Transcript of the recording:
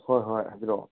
ꯍꯣꯏ ꯍꯣꯏ ꯍꯥꯏꯕꯤꯔꯛꯑꯣ